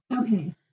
Okay